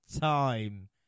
time